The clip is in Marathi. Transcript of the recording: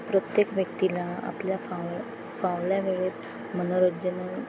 प्रत्येक व्यक्तीला आपल्या फाव फावल्या वेळेत मनोरंजन